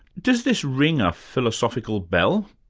does this ring a philosophical bell?